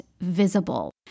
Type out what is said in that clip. visible